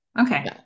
Okay